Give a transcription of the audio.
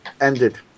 ended